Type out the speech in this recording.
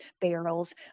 barrels